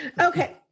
Okay